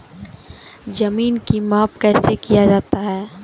जमीन की माप कैसे किया जाता हैं?